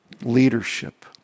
leadership